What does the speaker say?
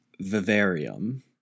vivarium